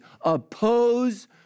oppose